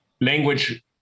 language